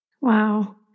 Wow